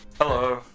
Hello